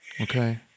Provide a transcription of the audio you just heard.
Okay